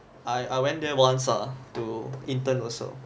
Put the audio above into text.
I I went there once ah to intern also